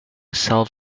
self